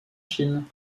chine